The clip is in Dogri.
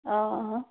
हां